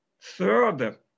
third